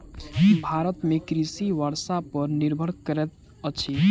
भारत में कृषि वर्षा पर निर्भर करैत अछि